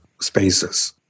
spaces